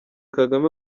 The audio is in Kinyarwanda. kagame